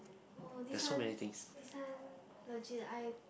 oh this one this one legit I